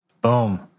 Boom